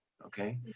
Okay